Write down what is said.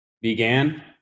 began